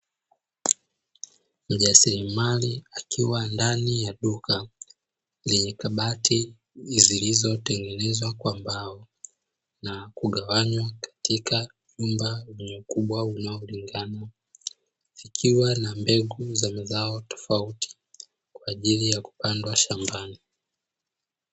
Mjasiriamali akiwa ndani ya duka lenye kabati zilizotengenezwa kwa mbao na kugawanywa katika vyumba vidogo, akiwa na mbegu za mazao tofauti kwa ajili ya upandaji shambani.